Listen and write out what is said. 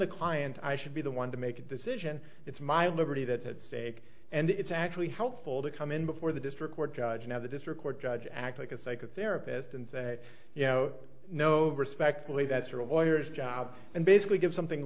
the client i should be the one to make a decision it's my liberty that at stake and it's actually helpful to come in before the district court judge now the district court judge act like a psychotherapist and say you know nov respectfully that's for a lawyer its job and basically give something